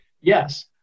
Yes